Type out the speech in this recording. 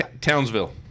Townsville